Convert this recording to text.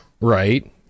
right